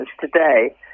today